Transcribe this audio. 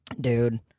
Dude